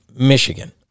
Michigan